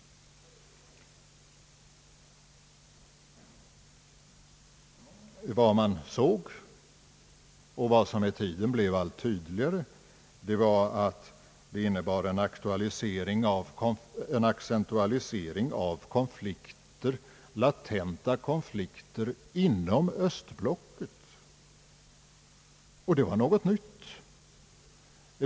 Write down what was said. Vad man såg och vad som med tiden blev allt tydligare var en accentuering av latenta konflikter inom Östblocket. Det var något nytt.